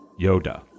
Yoda